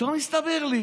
פתאום הסתבר לי